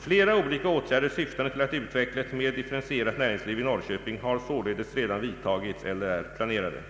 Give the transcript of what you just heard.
Flera olika åtgärder syftande till att utveckla ett mer differentierat näringsliv i Norrköping har således redan vidtagits eller är planerade.